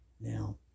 Now